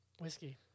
Whiskey